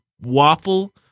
waffle